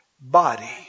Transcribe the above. body